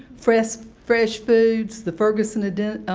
fresh fresh foods, the ferguson addition,